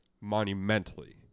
Monumentally